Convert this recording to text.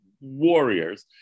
warriors